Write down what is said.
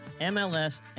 MLS